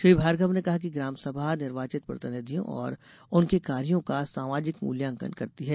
श्री भार्गव ने कहा है कि ग्राम सभा निर्वाचित प्रतिनिधियों और उनके कार्यों का सामाजिक मुल्यांकन करती है